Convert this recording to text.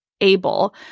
able